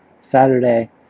Saturday